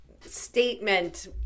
statement